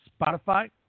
Spotify